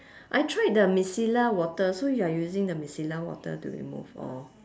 I tried the micellar water so you are using the micellar water to remove or